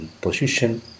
position